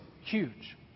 huge